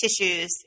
tissues